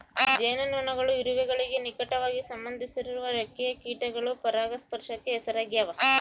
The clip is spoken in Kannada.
ಜೇನುನೊಣಗಳು ಇರುವೆಗಳಿಗೆ ನಿಕಟವಾಗಿ ಸಂಬಂಧಿಸಿರುವ ರೆಕ್ಕೆಯ ಕೀಟಗಳು ಪರಾಗಸ್ಪರ್ಶಕ್ಕೆ ಹೆಸರಾಗ್ಯಾವ